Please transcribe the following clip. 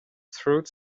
through